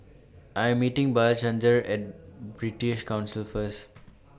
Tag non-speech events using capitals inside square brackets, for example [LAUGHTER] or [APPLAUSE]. [NOISE] I Am meeting Blanchard At British Council First [NOISE]